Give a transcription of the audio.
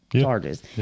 charges